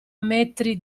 metri